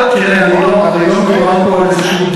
תראה, לא מדובר פה על איזה דיל.